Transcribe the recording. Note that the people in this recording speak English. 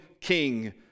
king